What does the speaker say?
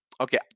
okay